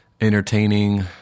entertaining